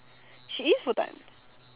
she is full time